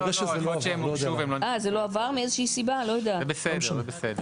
זה בסדר.